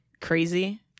crazy